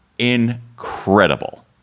incredible